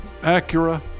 Acura